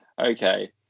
okay